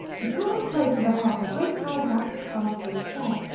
he pulled up close to the hearth a great high-backed carved oak chair,